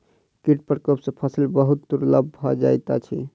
कीट प्रकोप सॅ फसिल बहुत दुर्बल भ जाइत अछि